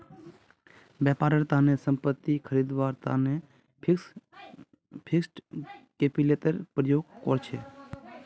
व्यापारेर तने संपत्ति खरीदवार तने फिक्स्ड कैपितलेर प्रयोग कर छेक